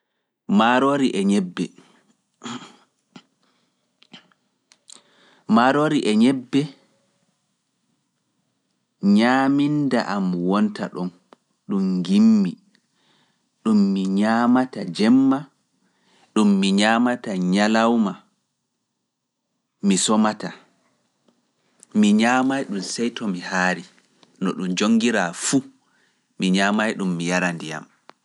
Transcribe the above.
Maaroori e ñebbe ñaaminda am wonta ɗon, ɗum ngimmi, ɗum mi ñaamata jemma, ɗum mi ñaamata ñalawma, mi somata, mi ñaamaay ɗum sey to mi haari, no ɗum jonngiraa fu, mi ñaamaay ɗum mi yara ndiyam.